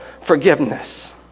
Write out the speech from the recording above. forgiveness